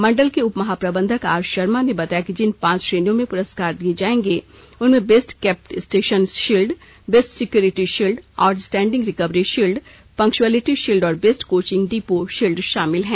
मंडल के उप महाप्रबंधक आर शर्मा ने बताया कि जिन पांच श्रेणियों में पुरस्कार दिये जायेंगे उनमें best kept station shield best security shield outstanding recovery shield punctuality shield और बेस्ट कोचिंग डिपो शील्ड शामिल है